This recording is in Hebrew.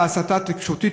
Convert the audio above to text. בהסתה התקשורתית,